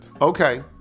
Okay